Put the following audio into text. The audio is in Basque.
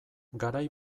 garai